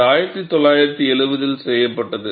இது 1970 இல் செய்யப்பட்டது